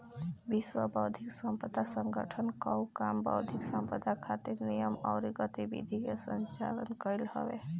विश्व बौद्धिक संपदा संगठन कअ काम बौद्धिक संपदा खातिर नियम अउरी गतिविधि के संचालित कईल हवे